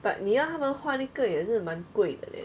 but 你要他们换一个也是蛮贵的 leh